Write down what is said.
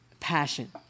Passion